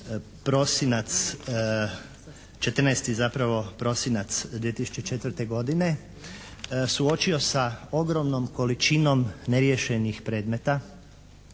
14. zapravo prosinac 2004. godine, suočio sa ogromnom količinom neriješenih predmeta.